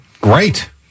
Great